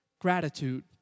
gratitude